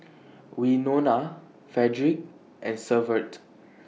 Winona Fredrick and Severt